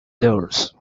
doors